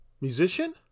musician